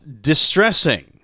distressing